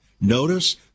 Notice